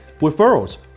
referrals